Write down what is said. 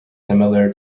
similar